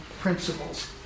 principles